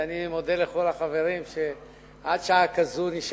ואני מודה לכל החברים שנשארים עד שעה כזאת.